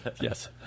Yes